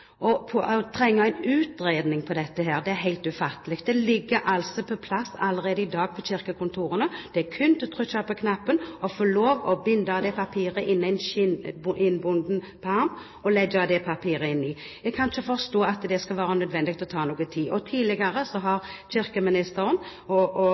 altså på plass allerede i dag på kirkekontorene. Det er kun å trykke på knappen, binde dette papiret inn i skinninnbundet perm – og legge papiret inni. Jeg kan ikke forstå at det skal være nødvendig at det tar noe tid. Tidligere har kirkeministeren og jeg hatt dialog, og